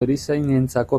erizainentzako